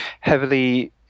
heavily